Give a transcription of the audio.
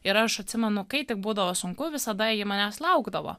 ir aš atsimenu kai tik būdavo sunku visada ji manęs laukdavo